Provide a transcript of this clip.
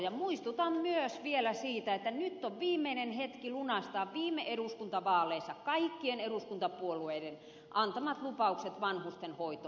muistutan vielä myös siitä että nyt on viimeinen hetki lunastaa viime eduskuntavaaleissa kaikkien eduskuntapuolueiden antamat lupaukset vanhustenhoidosta